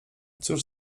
cóż